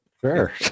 Sure